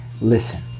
listen